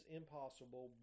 impossible